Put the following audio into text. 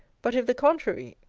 but if the contrary,